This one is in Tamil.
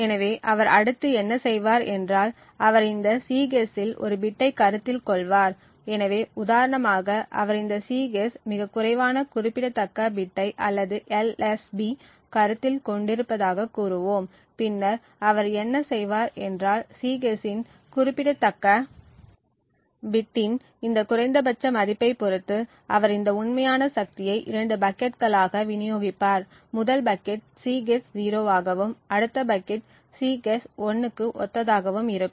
எனவே அவர் அடுத்து என்ன செய்வார் என்றால் அவர் இந்த Cguess இல் ஒரு பிட்டைக் கருத்தில் கொள்வார் எனவே உதாரணமாக அவர் இந்த Cguess மிகக் குறைவான குறிப்பிடத்தக்க பிட்டை அல்லது LSB கருத்தில் கொண்டிருப்பதாகக் கூறுவோம் பின்னர் அவர் என்ன செய்வார் என்றால் Cguess இன் குறிப்பிடத்தக்க பிட்டின் இந்த குறைந்தபட்ச மதிப்பைப் பொறுத்து அவர் இந்த உண்மையான சக்தியை இரண்டு பக்கெட்களாக விநியோகிப்பார் முதல் பக்கெட் Cguess 0 ஆகவும் அடுத்த பக்கெட் Cguess 1 க்கு ஒத்ததாகவும் இருக்கும்